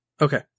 Okay